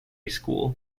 school